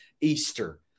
Easter